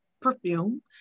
perfume